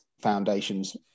foundations